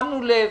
שמנו לב.